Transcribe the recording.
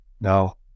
No